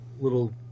little